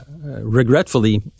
regretfully